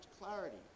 clarity